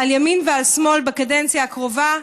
על ימין ועל שמאל בקדנציה הקרובה.